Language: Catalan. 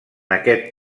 aquest